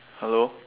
hello